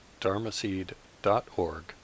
dharmaseed.org